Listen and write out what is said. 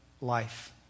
life